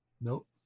Nope